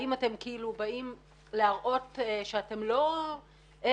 האם אתם כאילו באים להראות שאתם לא מקבלים,